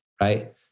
Right